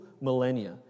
millennia